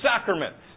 sacraments